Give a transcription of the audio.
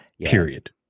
Period